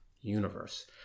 universe